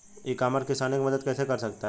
ई commerce किसानों की मदद कैसे कर सकता है?